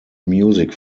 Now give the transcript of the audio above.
music